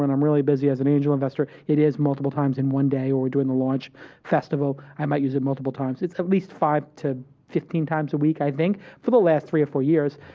and i'm really busy as an angel investor, it is multiple times in one day, or during launch festival, i may use it multiple times. it's at least five to fifteen times a week, i think, for the last three or four years,